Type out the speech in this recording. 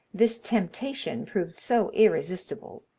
this temptation proved so irresistible,